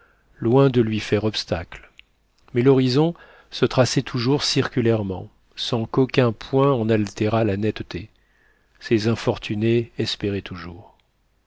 loin de lui faire obstacle mais l'horizon se traçait toujours circulairement sans qu'aucun point en altérât la netteté ces infortunés espéraient toujours